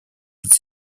под